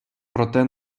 проте